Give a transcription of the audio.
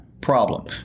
problem